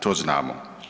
To znamo.